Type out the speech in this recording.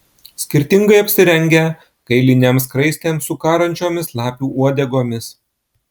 skirtingai apsirengę kailinėm skraistėm su karančiomis lapių uodegomis